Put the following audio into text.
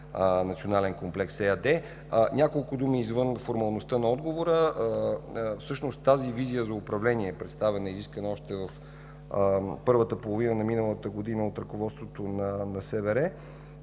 „Национален комплекс” ЕАД. Няколко думи извън формалността на отговора – тази визия за управление, представена и изискана още в първата половина на миналата година от ръководството на СБР,